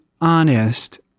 honest